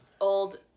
old